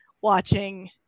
watching